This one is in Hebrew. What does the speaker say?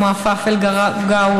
כמו עפאף אל-גרגאוי,